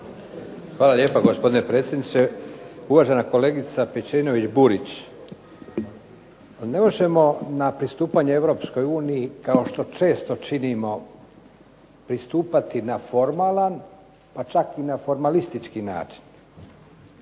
Hvala lijepo gospodine predsjedniče. Uvažena kolegice Pejčinović-Burić, ne možemo na pristupanje Europskoj uniji kao što često činimo pristupati na formalan pa čak i na formalistički način.